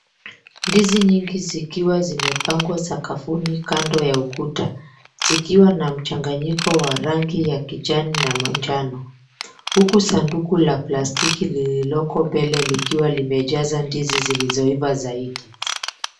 Ndizi nyingi zikiwa zimepangwa sakafuni kando ya ukuta, zikiwa na mchanganyiko wa rangi ya kijani na manjano, huku sanduku la plastiki lililoko mbele likiwa limejaza ndizi zilizoiva zaidi.